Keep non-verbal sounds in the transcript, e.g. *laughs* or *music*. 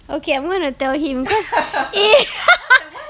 okay I'm gonna tell him *laughs*